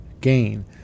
gain